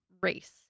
race